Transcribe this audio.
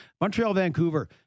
Montreal-Vancouver